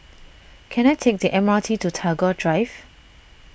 can I take the M R T to Tagore Drive